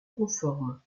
conforme